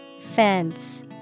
Fence